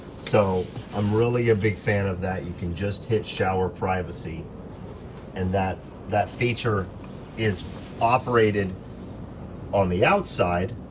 so i'm really a big fan of that, you can just hit shower privacy and that that feature is operated on the outside,